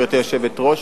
גברתי היושבת-ראש.